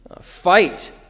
fight